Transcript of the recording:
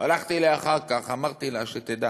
הלכתי אליה אחר כך ואמרתי לה שתדע